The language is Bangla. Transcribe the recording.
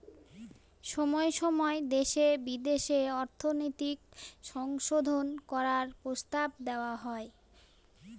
সময় সময় দেশে বিদেশে অর্থনৈতিক সংশোধন করার প্রস্তাব দেওয়া হয়